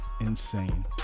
insane